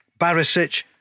Barisic